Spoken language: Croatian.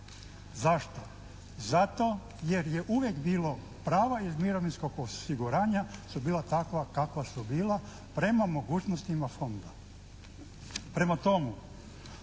Zašto? Zato jer je uvijek bilo prava iz mirovinskog osiguranja su bila takva kakva su bila prema mogućnostima fonda.